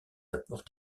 apports